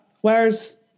Whereas